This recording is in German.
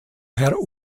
herr